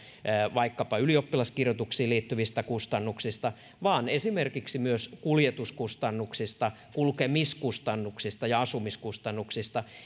vaikkapa ylioppilaskirjoituksiin liittyvistä kustannuksista vaan esimerkiksi myös kuljetuskustannuksista kulkemiskustannuksista ja asumiskustannuksista